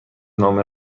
نامه